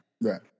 right